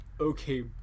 Okay